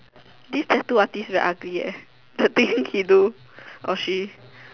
this tattoo artist very ugly the thing he do or she